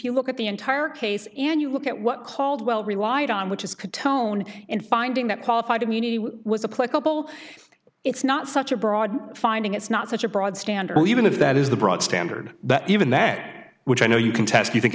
you look at the entire case and you look at what caldwell relied on which is catone in finding that qualified immunity was a political it's not such a broad finding it's not such a broad standard or even if that is the broad standard but even that which i know you can test you think